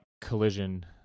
collision